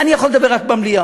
אני יכול לדבר רק במליאה.